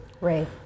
ray